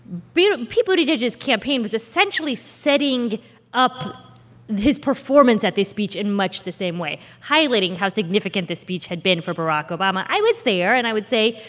but, you know, pete buttigieg's campaign was essentially setting up his performance at this speech in much the same way, highlighting how significant this speech had been for barack obama. i was there, and i would say,